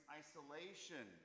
isolation